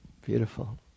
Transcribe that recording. Beautiful